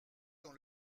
dans